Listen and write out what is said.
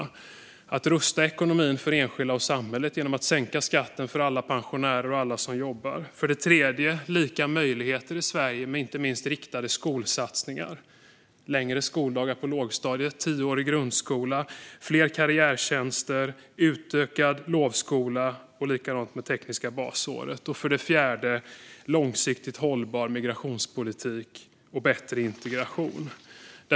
Vi vill rusta ekonomin för enskilda och samhället genom att sänka skatten för alla pensionärer och för alla som jobbar. Det ska vara lika möjligheter i Sverige genom inte minst riktade skolsatsningar med längre skoldagar på lågstadiet, tioårig grundskola, fler karriärtjänster, utökad lovskola. Detsamma gäller för det tekniska basåret. Vi vill också ha en långsiktigt hållbar migrationspolitik och bättre integration.